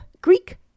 Greek